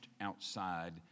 outside